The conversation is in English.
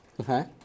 Okay